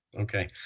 Okay